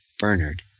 Bernard